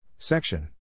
Section